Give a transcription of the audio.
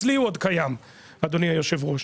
אצלי הוא עוד קיים אדוני היושב ראש,